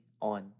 on